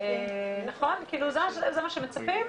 כאילו זה מה שמצפים.